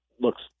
looks